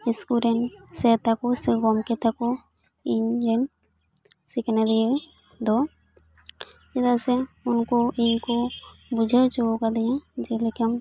school ᱨᱮᱱ sir ᱛᱟᱹᱠᱩ ᱥᱮ ᱜᱚᱝᱠᱮ ᱛᱟᱹᱠᱩ ᱤᱧᱨᱮᱱ ᱥᱤᱠᱷᱱᱟᱹᱫᱤᱭᱟ ᱫᱚ ᱪᱮᱫᱟᱜ ᱥᱮ ᱩᱱᱠᱩ ᱤᱧᱠᱩ ᱵᱩᱡᱷᱟᱹᱣ ᱩᱪᱩ ᱟᱠᱟᱫᱤᱧᱟ ᱡᱮᱞᱮᱠᱟ